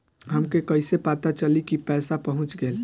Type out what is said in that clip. हमके कईसे पता चली कि पैसा पहुच गेल?